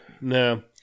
No